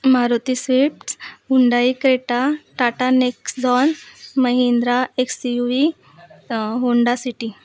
Maruti Swift Hyundai Creta Tata Nexon Mahindra X U V Honda city